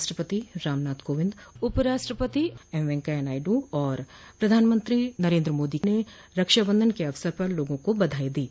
राष्ट्रपति रामनाथ कोविंद उपराष्ट्रपति एम वेंकैया नायडू और प्रधानमंत्री नरेन्द्र मोदी ने रक्षा बंधन के अवसर पर लोगों को बधाई दी है